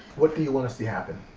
what do you want to see happen?